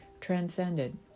transcended